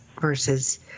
versus